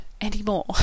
anymore